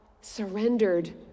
surrendered